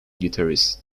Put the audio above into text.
guitarist